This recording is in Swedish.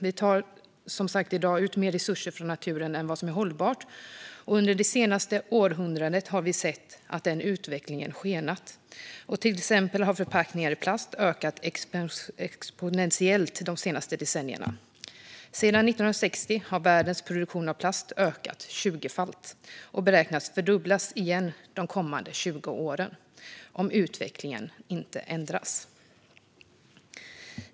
Vi tar som sagt i dag ut mer resurser från naturen än vad som är hållbart. Under det senaste århundrandet har vi sett att utvecklingen har skenat. Till exempel har förpackningar i plast ökat exponentiellt de senaste decennierna. Sedan 1960 har världens produktion av plast ökat tjugofalt och beräknas fördubblas igen de kommande 20 åren om utvecklingen inte ändras.